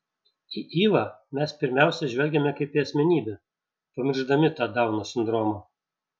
į ivą mes pirmiausia žvelgiame kaip į asmenybę pamiršdami tą dauno sindromą